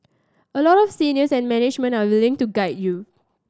a lot of seniors and management are willing to guide you